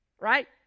Right